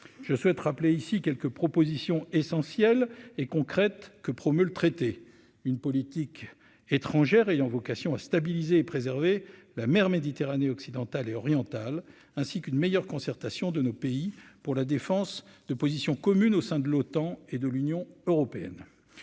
je souhaite rappeler ici quelques propositions essentielles et concrète que promu le traité une politique étrangère ayant vocation à stabiliser et préserver la mer Méditerranée occidentale et orientale, ainsi qu'une meilleure concertation de nos pays pour la défense de position communes au sein de l'OTAN et de l'Union européenne,